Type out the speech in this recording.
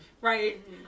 Right